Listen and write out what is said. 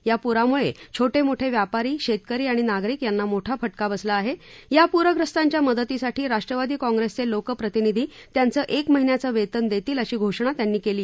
या पुरामुळे छोटे मोठे व्यापारी शेतकरी आणि नागरिक यांना मोठा फटका बसला आहे या प्रस्रस्तांच्या मदतीसाठी राष्ट्रवादी काँप्रेसचे लोकप्रतिनिधी त्यांच एक महिन्याचं वेतन देतील अशी घोषणा त्यांनी केली